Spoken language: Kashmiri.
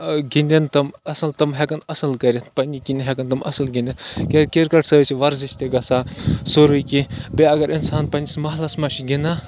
گِنٛدن تِم اَصٕل تِم ہٮ۪کَن اَصٕل کٔرِتھ پنٛنہِ کِنۍ ہٮ۪کَن تِم اَصٕل گِنٛدِتھ کیٛازِ کِرکَٹ سۭتۍ چھِ وَرزِش تہِ گژھان سورُے کینٛہہ بیٚیہِ اگر اِنسان پنٛنِس محلَس منٛز چھِ گِنٛدان